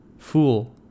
Fool